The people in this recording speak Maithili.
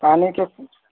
पानीके